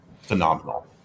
Phenomenal